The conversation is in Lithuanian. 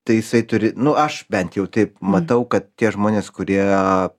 tai jisai turi nu aš bent jau taip matau kad tie žmonės kurie